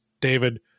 David